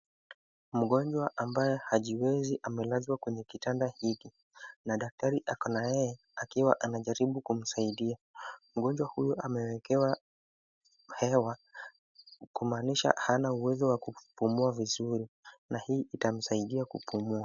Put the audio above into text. Mgonjwa ambaye hajiwezi, amelazwa kwenye kitanda hiki na daktari ako na yeye akiwa anajaribu kumsaidia. Mgonjwa huyu ameekewa hewa kumaanisha hana uwezo wa kupumua vizuri na hii itamsaidia kupumua.